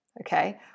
okay